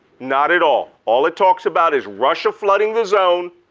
not at all. all it talks about is russia flooding the zone,